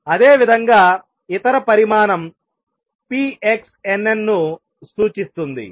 అదేవిధంగా ఇతర పరిమాణం nn ను సూచిస్తుంది